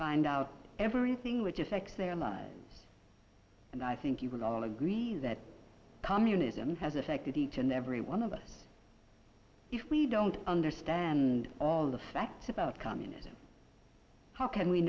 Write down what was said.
find out everything which affects their lives and i think you can all agree that communism has affected each and every one of us if we don't understand all the facts about communism how can we